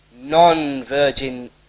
non-virgin